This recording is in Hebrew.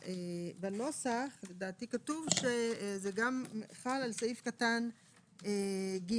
בנוסח לדעתי כתוב, שזה גם חל על סעיף קטן (ג),